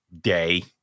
day